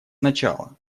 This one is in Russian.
начала